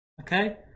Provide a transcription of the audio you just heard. Okay